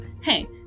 Hey